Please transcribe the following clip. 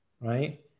right